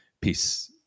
Peace